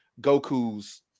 Goku's